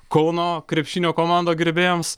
kauno krepšinio komando gerbėjams